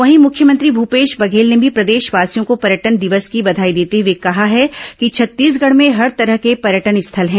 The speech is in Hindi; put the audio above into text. वहीं मुख्यमंत्री भूपेश बघेल ने भी प्रदेशवासियों को पर्यटन दिवस की बघाई देते हुए कहा है कि छत्तीसगढ़ में हर तरह के पर्यटन स्थल हैं